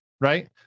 right